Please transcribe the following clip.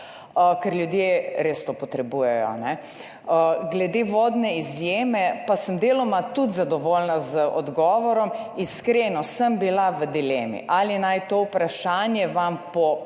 ker to ljudje res potrebujejo. Glede vodne izjeme pa sem tudi deloma zadovoljna z odgovorom. Iskreno sem bila v dilemi, ali naj vam to vprašanje po